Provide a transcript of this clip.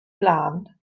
blaen